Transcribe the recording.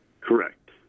Correct